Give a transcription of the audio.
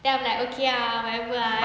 then I'm like okay ah whatever ah